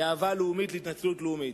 גאווה לאומית להתנצלות לאומית.